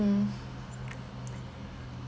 um